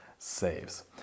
saves